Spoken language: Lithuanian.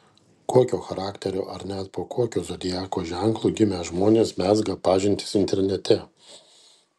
kokio charakterio ar net po kokiu zodiako ženklu gimę žmonės mezga pažintis internete